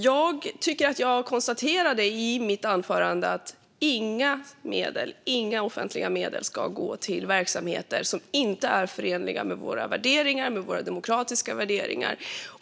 Jag konstaterade i mitt anförande att inga offentliga medel ska gå till verksamheter som inte är förenliga med våra värderingar, med våra demokratiska värderingar.